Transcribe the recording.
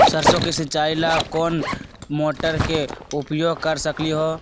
सरसों के सिचाई ला कोंन मोटर के उपयोग कर सकली ह?